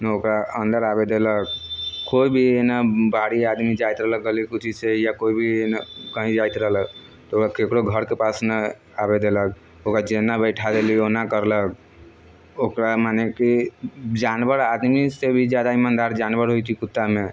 ने ओकरा अन्दर आबै देलक कोइ भी एना बाहरी आदमी जाइत रहलक गली कुच्चीसँ या कोइ भी एना कहीं जाइत रहलक तऽ ककरो घरके पास नहि आबै देलक ओकरा जेना बैठा देलियै ओना करलक ओकरा मने कि जानवर आदमीसँ भी जादा इमानदार जानवर होइ छै कुत्तामे